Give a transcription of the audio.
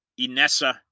Inessa